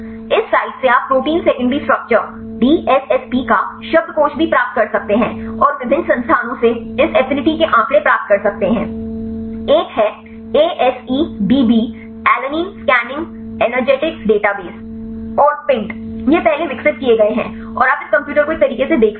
इस साइट से आप प्रोटीन सेकेंडरी स्ट्रक्चर DSSP का शब्दकोश भी प्राप्त कर सकते हैं और विभिन्न संसाधनों से इस एफिनिटी के आंकड़े प्राप्त कर सकते हैं एक है ASEdb alanine scanning energetics database और PINT ये पहले विकसित किए गए हैं और आप इस कंप्यूटर को एक तरीके से देख सकते हैं